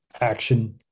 action